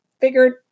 figured